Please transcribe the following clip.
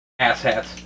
asshats